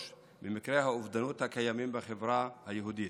ממקרי האובדנות הקיימים בחברה היהודית,